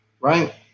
right